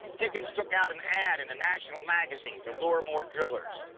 higgins took out an ad in a national magazine to lure more drillers.